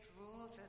rules